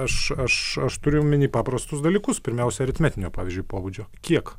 aš aš aš turiu omeny paprastus dalykus pirmiausia aritmetinio pavyzdžiui pobūdžio kiek